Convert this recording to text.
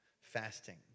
Fasting